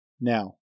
Now